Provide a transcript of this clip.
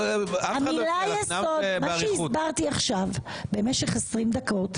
המילה יסוד - מה שהסברתי עכשיו במשך 20 דקות,